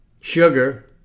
sugar